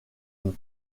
une